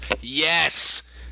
yes